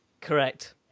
Correct